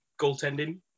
goaltending